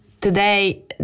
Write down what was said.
Today